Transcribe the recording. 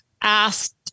asked